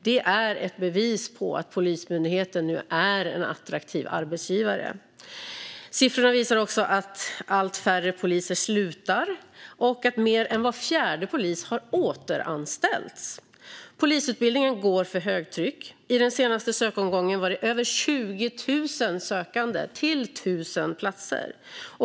Det är ett bevis på att Polismyndigheten nu är en attraktiv arbetsgivare. Siffrorna visar också att allt färre poliser slutar och att mer än var fjärde polis har återanställts. Polisutbildningen går för högtryck. I den senaste sökomgången var det över 20 000 sökande till 1 000 platser.